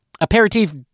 Aperitif